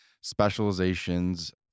specializations